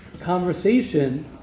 conversation